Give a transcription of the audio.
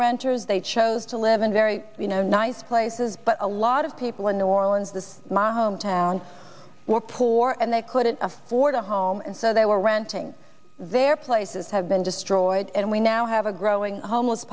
renters they chose to live in very nice places but a lot of people in new orleans this my home town were poor and they couldn't afford a home and so they were renting their places have been destroyed and we now have a growing homeless